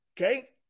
okay